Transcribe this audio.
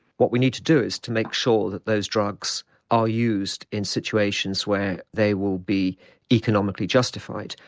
what we need to do is to make sure that those drugs are used in situations where they will be economically justified.